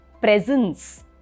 presence